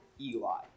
Eli